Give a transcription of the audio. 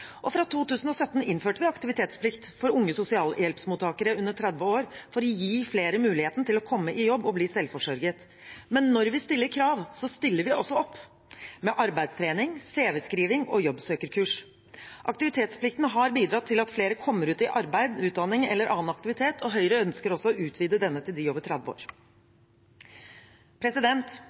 Fra 2017 innførte vi aktivitetsplikt for unge sosialhjelpsmottakere under 30 år for å gi flere muligheten til å komme i jobb og bli selvforsørget. Men når vi stiller krav, stiller vi også opp, med arbeidstrening, CV-skriving og jobbsøkerkurs. Aktivitetsplikten har bidratt til at flere kommer ut i arbeid, utdanning eller annen aktivitet, og Høyre ønsker også å utvide denne til dem over 30 år.